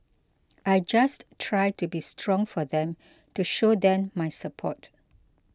I just try to be strong for them to show them my support